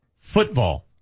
Football